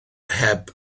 heb